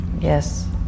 yes